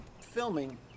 filming